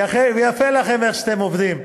ויפה לכם איך שאתם עובדים,